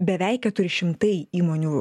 beveik keturi šimtai įmonių